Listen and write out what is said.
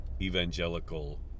evangelical